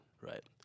right